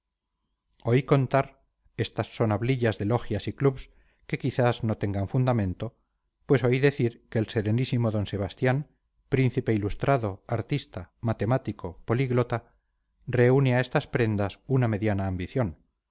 oí contar estas son hablillas de logias y clubs que quizás no tengan fundamento pues oí decir que el serenísimo d sebastián príncipe ilustrado artista matemático políglota reúne a estas prendas una mediana ambición